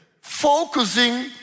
focusing